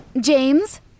James